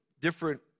different